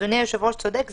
אדוני היושב-ראש צודק,